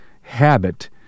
habit